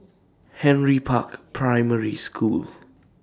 Henry Park Primary School